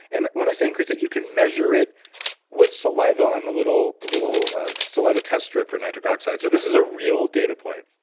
and when i say increased it, you can measure it with saliva on a little little saliva test strip for nitric oxide, so this is a real data point.